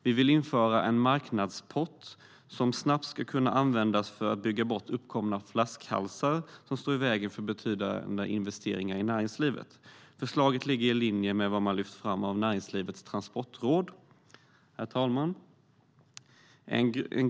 Vi vill införa en marknadspott som ska kunna användas snabbt för att bygga bort uppkomna flaskhalsar som står i vägen för betydande investeringar i näringslivet. Förslaget ligger i linje med vad Näringslivets Transportråd lyft fram. Herr talman!